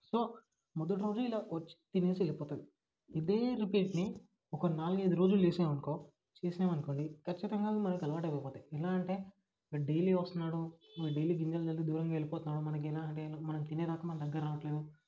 so మొదటి రోజు ఇలా వచ్చి తినేసి వెళ్ళిపోతుంది ఇదే రిపీట్ని ఒక నాలుగు ఐదు రోజులు చేసామనుకో చేసామనుకోండి ఖచ్చితంగా అవి మనకు అలవాటై పోబోతాయి ఎలాగంటే వీడు డైలీ వస్తున్నాడు వీడు డైలీ గింజలు జల్లి దూరంగా వెళ్ళిపోతున్నాడు మనకెలాంటి మనం తినే దాకా మన దగ్గర రావట్లేదు